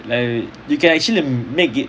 like you can actually make it